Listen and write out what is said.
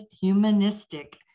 humanistic